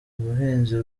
ubuhinzi